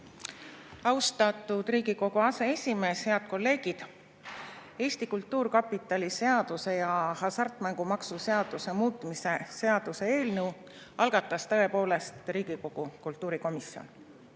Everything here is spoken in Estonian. Austatud Riigikogu aseesimees! Head kolleegid! Eesti Kultuurkapitali seaduse ja hasartmängumaksu seaduse muutmise seaduse eelnõu algatas tõepoolest Riigikogu kultuurikomisjon.